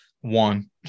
One